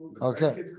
Okay